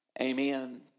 Amen